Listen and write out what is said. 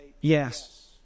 yes